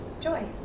joy